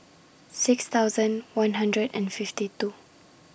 six thousand one hundred and fifty two